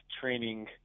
training